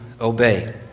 obey